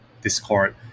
Discord